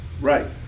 Right